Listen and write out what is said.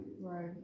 Right